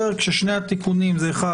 שני התיקונים זה אחד,